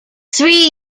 three